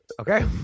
okay